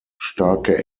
starke